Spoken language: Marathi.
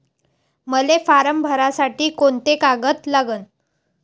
मले फारम भरासाठी कोंते कागद लागन?